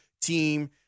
team